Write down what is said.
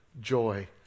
joy